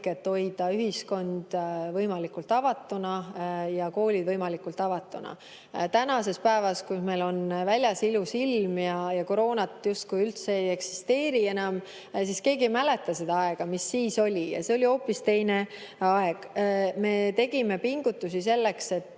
et hoida ühiskond võimalikult avatuna ja koolid võimalikult avatuna. Tänases päevas, kui meil on väljas ilus ilm ja koroonat justkui üldse ei eksisteeri enam, keegi ei mäleta seda aega, mis siis oli. See oli hoopis teine aeg. Me tegime pingutusi selleks, et